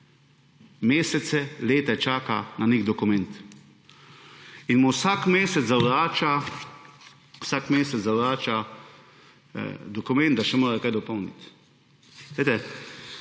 mesece, leta čaka na nek dokument. In mu vsak mesec zavrača dokument, da še mora kaj dopolniti.